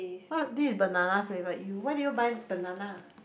what this is banana flavoured you why did you buy banana